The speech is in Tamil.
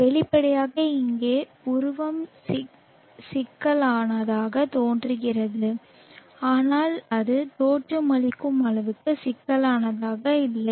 வெளிப்படையாக இங்கே உருவம் சிக்கலானதாக தோன்றுகிறது ஆனால் அது தோற்றமளிக்கும் அளவுக்கு சிக்கலானதாக இல்லை